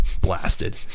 blasted